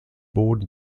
boden